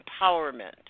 empowerment